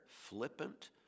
flippant